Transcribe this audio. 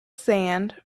sand